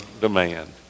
demand